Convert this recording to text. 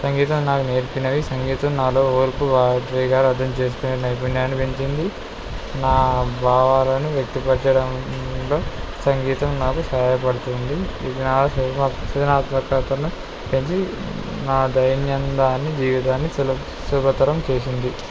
సంగీతం నాకు నేర్పినవి సంగీతం నాలో ఓర్పు భావిద్వేగాలు అర్థం చేసుకునే నైపుణ్యాన్ని పెంచింది నా భావాలను వ్యక్తిపరచడంలో సంగీతం నాకు సహాయపడుతుంది ఇది నా స సృజనాత్మకతను పెంచి నా దైనందిన జీవితాన్ని సుల సుభతరం చేసింది